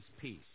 peace